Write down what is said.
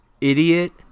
Idiot